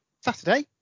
Saturday